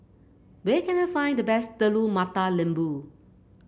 where can I find the best Telur Mata Lembu